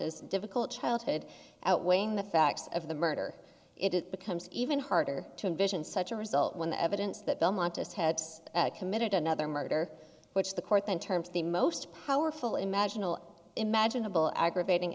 as difficult childhood outweighing the facts of the murder it becomes even harder to envision such a result when the evidence that belmont just had committed another murder which the court in terms of the most powerful imaginal imaginable aggravating